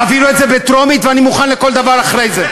תעבירו את זה בטרומית, ואני מוכן לכל דבר אחרי זה.